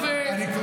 אולי בנזין יעזור.